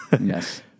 Yes